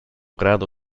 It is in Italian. grado